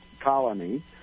colony